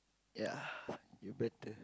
ya you better